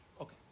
Okay